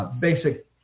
basic